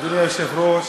אדוני היושב-ראש,